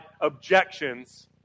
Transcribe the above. objections